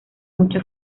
mucho